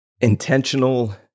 intentional